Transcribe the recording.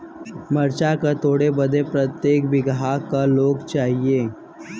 मरचा के तोड़ बदे प्रत्येक बिगहा क लोग चाहिए?